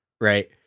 Right